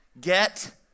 Get